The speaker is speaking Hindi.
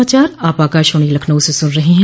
यह समाचार आप आकाशवाणी लखनऊ से सुन रहे हैं